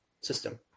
system